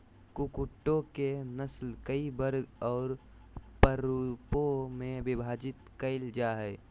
कुक्कुटों के नस्ल कई वर्ग और प्ररूपों में विभाजित कैल जा हइ